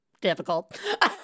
difficult